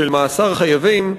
של מאסר חייבים,